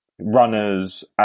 runners